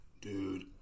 Dude